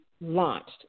launched